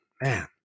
man